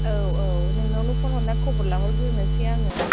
औ औ नोंनावनो फन हरनानै खबर लाहरग्रोनोसै आङो